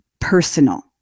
personal